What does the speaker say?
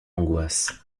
angoisse